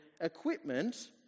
equipment